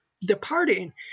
departing